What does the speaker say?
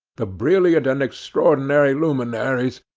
the brilliant and extraordinary luminaries,